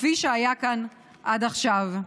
כפי שהיה כאן עד עכשיו.